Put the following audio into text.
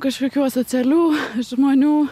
kažkokių asocialių žmonių